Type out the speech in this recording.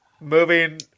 Moving